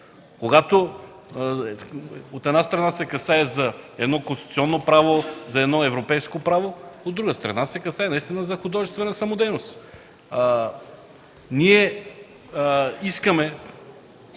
когато, от една страна, се касае за конституционно право, за европейско право, от друга страна, се касае наистина за художествена самодейност? Ние искаме